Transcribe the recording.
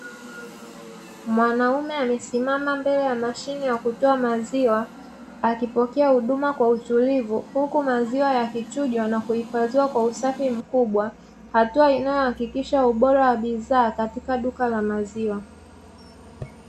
Mwanaume amesimama mbele ya mashine ya kutoa maziwa, akipokea huduma kwa utulivu huku maziwa yakichujwa na kuhifadhiwa kwa usafi mkubwa; hatua inayohakikisha ubora wa bidhaa katika duka la maziwa.